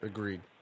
Agreed